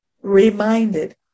reminded